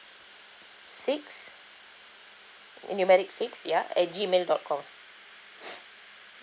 six numeric six ya at gmail dot com